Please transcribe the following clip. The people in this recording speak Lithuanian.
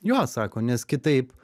jo sako nes kitaip